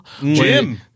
Jim